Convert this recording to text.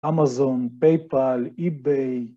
אמזון, פייפל, אי-ביי.